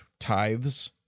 tithes